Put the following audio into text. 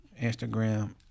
Instagram